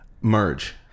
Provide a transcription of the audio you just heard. merge